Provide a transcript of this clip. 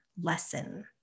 lesson